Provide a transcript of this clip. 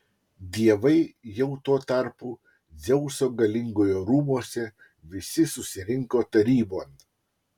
dievai jau tuo tarpu dzeuso galingojo rūmuose visi susirinko tarybon